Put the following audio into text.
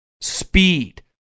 speed